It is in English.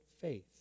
faith